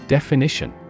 Definition